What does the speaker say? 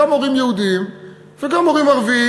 גם מורים יהודים וגם מורים ערבים,